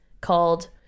called